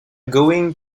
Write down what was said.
going